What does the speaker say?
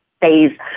phase